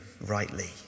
rightly